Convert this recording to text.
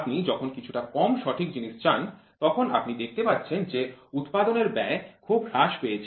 আপনি যখন কিছুটা কম সঠিক জিনিস চান তখন আপনি দেখতে পাচ্ছেন যে উৎপাদনের ব্যয় খুব হ্রাস পেয়েছে